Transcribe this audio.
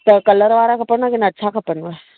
त कलर वारा खपनि की ना अछा खपनव